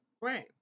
Right